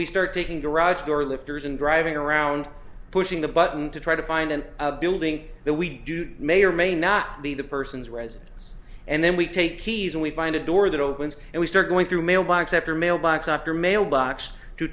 we start taking garage door lifters and driving around pushing the button to try to find in a building that we do may or may not be the person's residence and then we take keys and we find a door that opens and we start going through mailbox after mailbox up your mailbox to